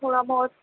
تھوڑا بہت